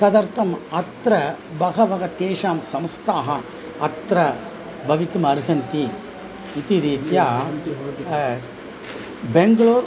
तदर्थम् अत्र बहवः तेषां संस्थाः अत्र भवितुम् अर्हन्ति इति रीत्या बेङ्ग्ळूर्